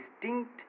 distinct